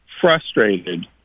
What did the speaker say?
frustrated